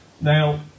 now